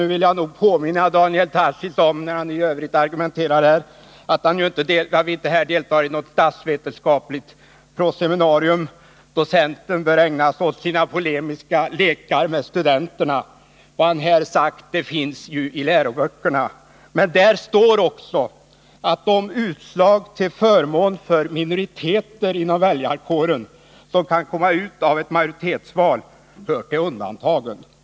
Jag vill också påminna Daniel Tarschys om att han, när han frågor argumenterar här, inte deltar i något statsvetenskapligt proseminarium. Docenten bör ägna sig åt sina polemiska lekar när han är tillsammans med studenterna. Vad han här har sagt finns ju i läroböckerna. Men där står också att de utslag till förmån för minoriteter inom väljarkåren som kan komma ut av ett majoritetsval hör till undantagen.